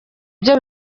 byo